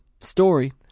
story